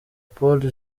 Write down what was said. paul